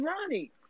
Ronnie